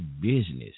business